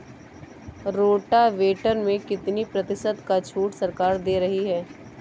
Rotavator में कितनी प्रतिशत का छूट सरकार दे रही है?